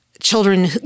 Children